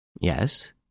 Yes